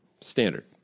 Standard